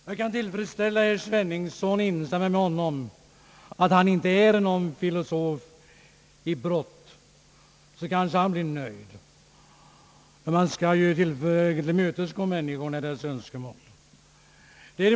Jag kan tillfredsställa herr Sveningsson genom att hålla med honom om att han inte är någon filosof i brott, så kanske han blir nöjd — man skall ju tillmötesgå människors önskemål.